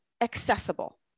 accessible